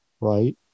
right